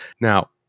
Now